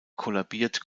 kollabiert